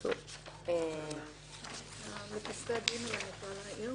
אני רוצה להעיר לגבי פסקה (ג).